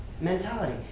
mentality